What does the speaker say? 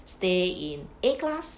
stay in A class